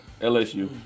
LSU